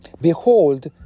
behold